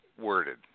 worded